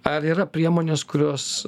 ar yra priemonės kurios